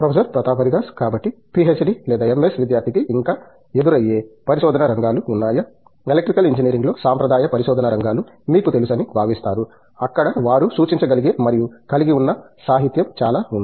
professor Pratap Haridas కాబట్టి PhD లేదా MS విద్యార్థికి ఇంకా ఎదురయ్యే పరిశోధన రంగాలు ఉన్నాయి ఎలక్ట్రికల్ ఇంజనీరింగ్లో సాంప్రదాయ పరిశోధన రంగాలు మీకు తెలుసని భావిస్తారు అక్కడ వారు సూచించగలిగే మరియు కలిగి ఉన్న సాహిత్యం చాలా ఉంది